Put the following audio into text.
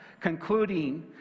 concluding